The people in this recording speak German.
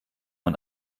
man